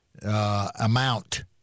Amount